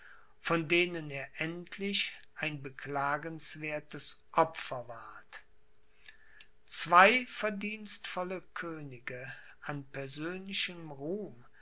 von denen er endlich ein beklagenswertes opfer ward zwei verdienstvolle könige an persönlichem ruhm